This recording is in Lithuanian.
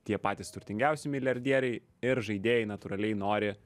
tie patys turtingiausi milijardieriai ir žaidėjai natūraliai nori